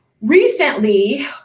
recently